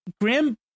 graham